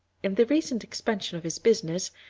in the recent expansion of his business,